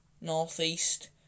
northeast